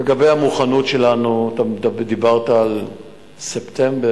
לגבי המוכנות שלנו, אתה דיברת על ספטמבר.